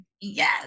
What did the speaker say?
Yes